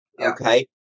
Okay